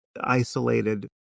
isolated